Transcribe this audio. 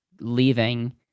leaving